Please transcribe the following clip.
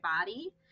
body